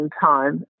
time